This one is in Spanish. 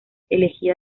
elegida